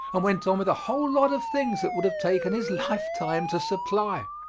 and went on with a whole lot of things that would have taken his lifetime to supply.